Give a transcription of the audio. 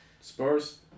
Spurs